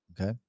okay